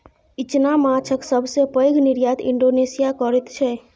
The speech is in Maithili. इचना माछक सबसे पैघ निर्यात इंडोनेशिया करैत छै